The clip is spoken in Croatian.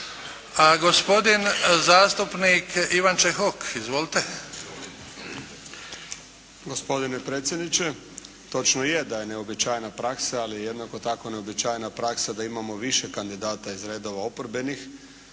Gospodin zastupnik Ivan Čehok. Izvolite. **Čehok, Ivan (HSLS)** Gospodine predsjedniče. Točno je da je neuobičajena praksa, ali je jednako tako neuobičajena praksa da imamo više kandidata iz redova oporbenih